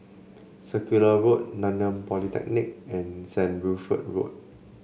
Circular Road Nanyang Polytechnic and St Wilfred Road